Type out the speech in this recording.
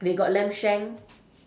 they got lamb shank